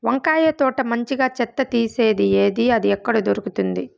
వంకాయ తోట మంచిగా చెత్త తీసేది ఏది? అది ఎక్కడ దొరుకుతుంది?